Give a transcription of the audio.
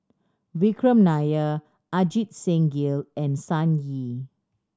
Vikram Nair Ajit Singh Gill and Sun Yee